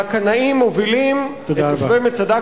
והקנאים מובילים את תושבי מצדה,